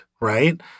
right